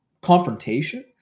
confrontation